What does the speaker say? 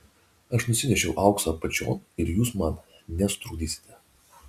aš nusinešiau auksą apačion ir jūs man nesutrukdysite